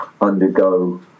undergo